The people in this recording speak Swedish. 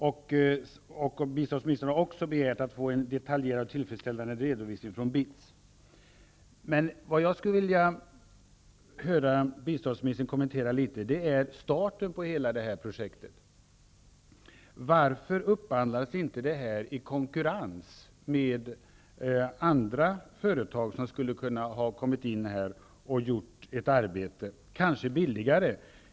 Vidare har biståndsministern begärt att få en detaljerad och tillfredsställande redovisning från Jag skulle emellertid vilja att biståndsministern något kommenterade starten för hela det här projektet. Varför skedde inte upphandlingen i konkurrens med andra företag, som skulle ha kunnat göra ett arbete här och som kanske också kunde ha gjort det hela billigare?